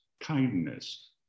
kindness